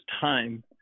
time